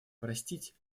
простить